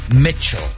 Mitchell